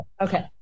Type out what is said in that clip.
okay